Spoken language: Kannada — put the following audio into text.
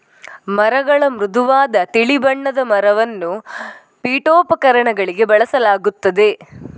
ಮರಗಳ ಮೃದುವಾದ ತಿಳಿ ಬಣ್ಣದ ಮರವನ್ನು ಪೀಠೋಪಕರಣಗಳಿಗೆ ಬಳಸಲಾಗುತ್ತದೆ